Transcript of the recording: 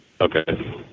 Okay